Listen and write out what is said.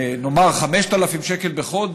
נאמר 5,000 שקל בחודש,